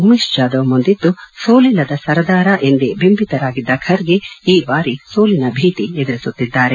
ಉಮೇಶ್ ಜಾಧವ್ ಮುಂದಿದ್ದು ಸೋಲಿಲ್ಲದ ಸರದಾರ ಎಂದೇ ಬಿಂಬಿತರಾಗಿದ್ದ ಖರ್ಗೆ ಈ ಬಾರಿ ಸೋಲಿನ ಭೀತಿ ಎದುರಿಸುತ್ತಿದ್ದಾರೆ